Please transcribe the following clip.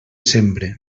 sembre